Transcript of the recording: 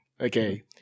okay